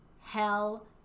hell